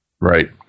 Right